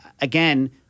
again